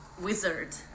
wizard